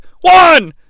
One